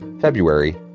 February